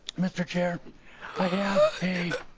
mr. chair but i have a